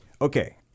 Okay